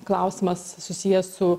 klausimas susijęs su